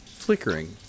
flickering